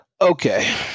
Okay